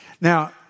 Now